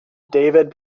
david